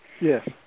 Yes